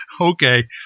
Okay